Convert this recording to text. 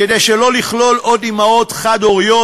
כדי שלא לכלול עוד אימהות, חד-הוריות,